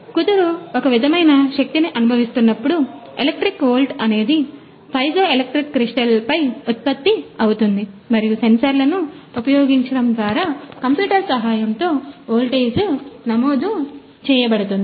కుదురు ఒక విధమైన శక్తిని అనుభవిస్తున్నప్పుడు ఎలక్ట్రిక్ వోల్ట్ అనేది పైజోఎలెక్ట్రిక్ క్రిస్టల్ ఇదిpiezoelectric crystalపై ఉత్పత్తి అవుతోంది మరియు సెన్సార్లను ఉపయోగించడం ద్వారా కంప్యూటర్ సహాయంతో వోల్టేజ్ నమోదు చేయబడుతుంది